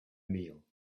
meal